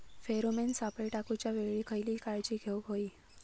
Pheromone सापळे टाकूच्या वेळी खयली काळजी घेवूक व्हयी?